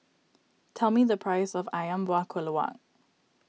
tell me the price of Ayam Buah Keluak